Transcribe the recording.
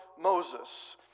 Moses